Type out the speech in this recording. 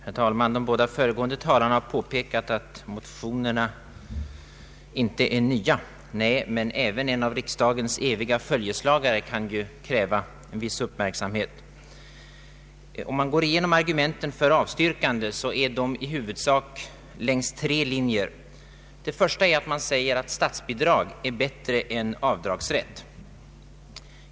Herr talman! De båda föregående talarna har påpekat att motionerna inte är nya. Nej, men även en av riksdagens eviga följeslagare kan kräva en viss uppmärksamhet. Om man går igenom argumenten för avstyrkande, finner man att de i huvudsak grupperas kring tre linjer. Det första argumentet är att statsbidrag är bättre än avdragsrätt.